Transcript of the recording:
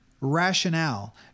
rationale